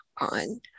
on